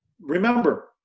Remember